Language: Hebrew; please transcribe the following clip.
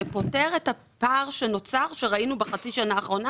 זה פותר את הפער שנוצר שראינו בחצי השנה האחרונה.